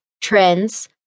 trends